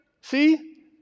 see